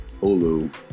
Hulu